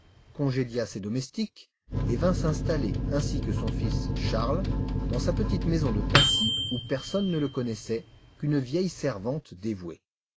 congédia ses domestiques et vint s'installer ainsi que son fils charles dans sa petite maison de passy où personne ne le connaissait qu'une vieille servante dévouée